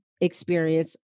experience